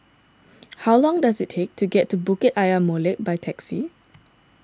how long does it take to get to Bukit Ayer Molek by taxi